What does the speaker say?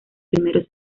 primeros